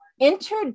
Enter